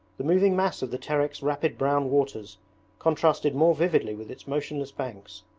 the moving mass of the terek's rapid brown waters contrasted more vividly with its motionless banks.